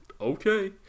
okay